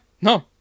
no